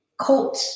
Colt